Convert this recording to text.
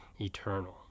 eternal